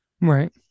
Right